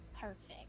Perfect